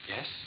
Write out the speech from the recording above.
Yes